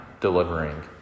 delivering